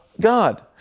God